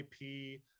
IP